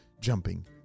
jumping